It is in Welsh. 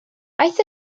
aeth